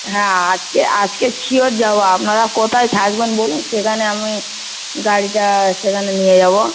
হ্যাঁ আজকে আজকে শিওর যাবো আপনারা কোথায় থাকবেন বলুন সেখানে আমি গাড়িটা সেখানে নিয়ে যাবো